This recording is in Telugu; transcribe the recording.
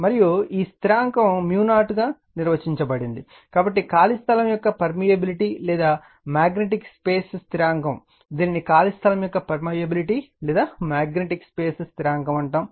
మరియు ఈ స్థిరాంకం 0 గా నిర్వచించబడింది కాబట్టి ఖాళీ స్థలం యొక్క పర్మియబిలిటీ లేదా మాగ్నెటిక్ స్పేస్ స్థిరాంకం దీనిని ఖాళీ స్థలం యొక్క పర్మియబిలిటీ లేదా మాగ్నెటిక్ స్పేస్ స్థిరాంకం అంటారు